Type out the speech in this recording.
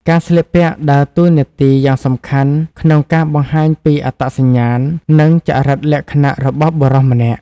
ការស្លៀកពាក់ដើរតួនាទីយ៉ាងសំខាន់ក្នុងការបង្ហាញពីអត្តសញ្ញាណ និងចរិតលក្ខណៈរបស់បុរសម្នាក់។